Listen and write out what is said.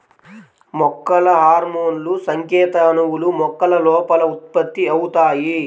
మొక్కల హార్మోన్లుసంకేత అణువులు, మొక్కల లోపల ఉత్పత్తి అవుతాయి